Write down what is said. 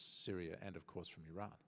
syria and of course from iraq